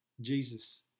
Jesus